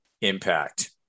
impact